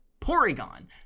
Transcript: Porygon